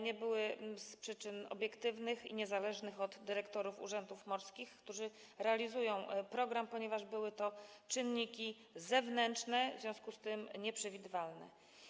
Nastąpiło to z przyczyn obiektywnych, niezależnych od dyrektorów urzędów morskich, którzy realizują program, ponieważ były to czynniki zewnętrze, w związku z tym nieprzewidywalne.